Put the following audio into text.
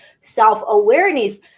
self-awareness